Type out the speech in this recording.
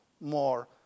more